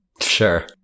sure